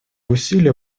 усилия